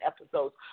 episodes